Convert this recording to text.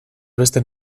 beste